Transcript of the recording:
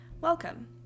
Welcome